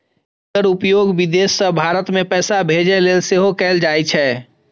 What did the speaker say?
एकर उपयोग विदेश सं भारत मे पैसा भेजै लेल सेहो कैल जाइ छै